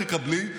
תקבלי.